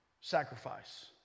sacrifice